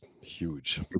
huge